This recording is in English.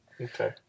Okay